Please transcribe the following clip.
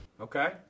Okay